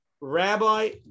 Rabbi